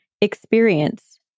experience